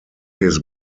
his